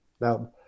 now